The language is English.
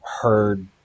heard